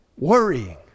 Worrying